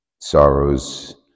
Sorrows